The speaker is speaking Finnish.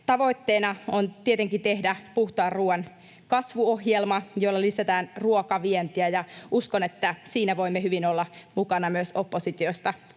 Tavoitteena on tietenkin tehdä puhtaan ruoan kasvuohjelma, jolla lisätään ruokavientiä, ja uskon, että siinä voimme hyvin olla mukana myös oppositiosta